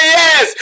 yes